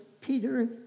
Peter